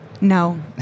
No